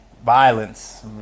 violence